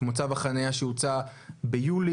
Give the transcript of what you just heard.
כמו צו החניה שהוצא ביולי.